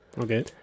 Okay